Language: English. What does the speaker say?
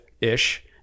ish